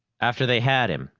after they had him,